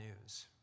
news